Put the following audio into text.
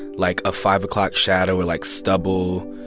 and like, a five o'clock shadow or, like, stubble